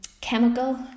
chemical